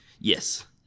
Yes